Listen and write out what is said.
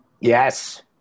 Yes